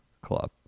Club